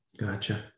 Gotcha